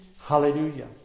Hallelujah